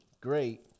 Great